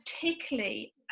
particularly